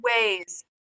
ways